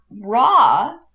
raw